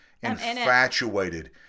infatuated